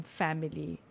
family